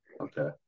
Okay